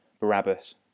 Barabbas